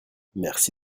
merci